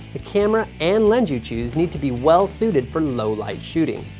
camera and lens you choose need to be well suited for low-light shooting.